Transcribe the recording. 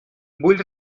vull